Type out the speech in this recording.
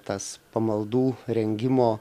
tas pamaldų rengimo